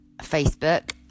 Facebook